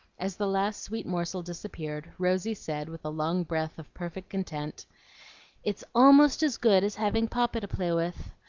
as the last sweet morsel disappeared rosy said, with a long breath of perfect content it's almost as good as having papa to play with.